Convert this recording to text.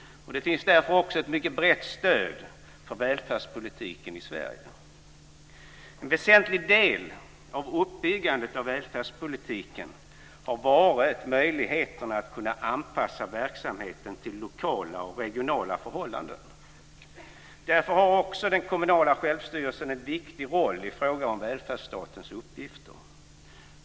Det finns därför också ett mycket brett stöd för välfärdspolitiken i Sverige. En väsentlig del av uppbyggandet av välfärdspolitiken har varit möjligheterna att anpassa verksamheten till lokala och regionala förhållanden. Därför har också den kommunala självstyrelsen en viktig roll i fråga om välfärdsstatens uppgifter.